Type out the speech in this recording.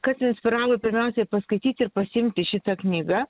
kas inspiravo pirmiausia paskaityt ir pasiimti šitą knygą